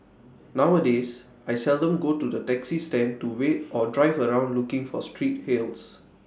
nowadays I seldom go to the taxi stand to wait or drive around looking for street hails